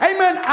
Amen